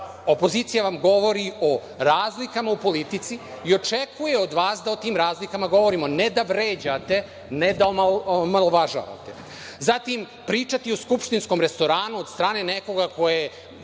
Opozicija vam govori o razlikama u politici i očekuje od vas da o tim razlikama govorimo, ne da vređate, ne da omalovažavate. Zatim, pričati o skupštinskom restoranu od strane nekoga koji je